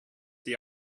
the